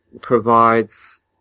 provides